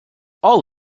all